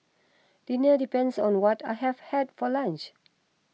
dinner depends on what I have had for lunch